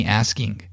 asking